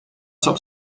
saab